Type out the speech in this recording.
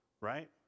right